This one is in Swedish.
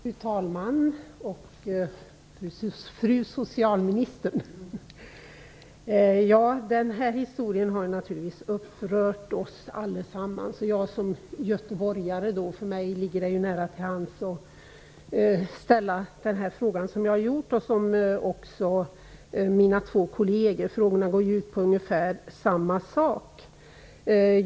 Fru talman! Fru socialminister! Den här historien har naturligtvis upprört oss alla. Det ligger ju nära till hands för mig som göteborgare att ställa den här frågan. Det har också mina två kolleger gjort. Frågorna går ut på ungefär samma sak.